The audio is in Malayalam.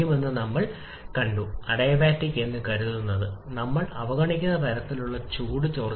സ്റ്റോയിയോമെട്രിക് മിശ്രിതവുമായി പൊരുത്തപ്പെടുന്നതാണ് വിഘടനത്തിന്റെ ഫലം